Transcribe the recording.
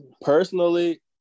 Personally